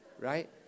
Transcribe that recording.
Right